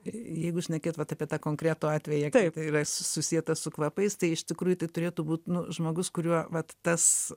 jeigu šnekėt vat apie tą konkretų atvejį kur yra susieta su kvapais tai iš tikrųjų tai turėtų būt nu žmogus kuriuo vat tas